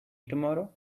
tomorrow